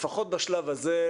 לפחות בשלב הזה,